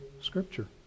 scripture